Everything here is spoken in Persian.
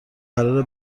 قراره